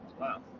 Wow